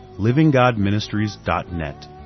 livinggodministries.net